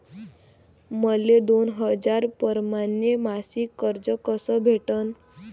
मले दोन हजार परमाने मासिक कर्ज कस भेटन?